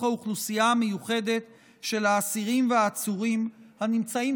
האוכלוסייה המיוחדת של האסירים והעצורים הנמצאים